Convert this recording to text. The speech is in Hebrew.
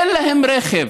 אין להם רכב,